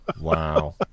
Wow